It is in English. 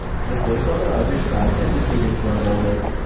the voice on the other side hesitated for a moment.